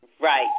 Right